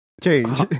change